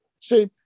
See